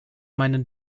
meinen